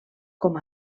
com